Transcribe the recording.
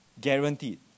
guaranteed